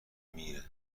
میره